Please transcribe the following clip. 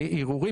ערעורים.